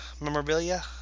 memorabilia